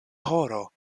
horo